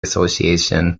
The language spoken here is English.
association